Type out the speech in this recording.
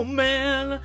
man